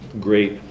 great